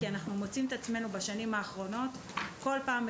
כי בשנים האחרונות אנחנו מוצאים את עצמנו מגיעים כל פעם בסמוך